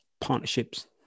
partnerships